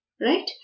Right